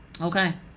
okay